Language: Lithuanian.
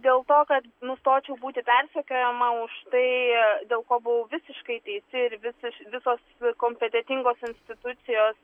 dėl to kad nustočiau būti persekiojama už tai dėl ko buvau visiškai teisi ir visiš visos kompetentingos institucijos